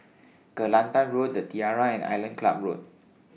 Kelantan Road The Tiara and Island Club Road